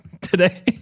today